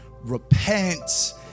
repent